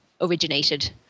originated